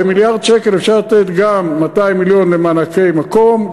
במיליארד שקל אפשר לתת גם 200 מיליון למענקי מקום,